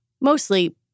Mostly